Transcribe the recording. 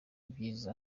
byiza